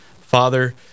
Father